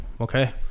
okay